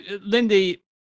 Lindy